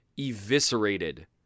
eviscerated